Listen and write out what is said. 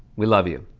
we love you.